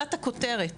גולת הכותרת,